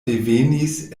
devenis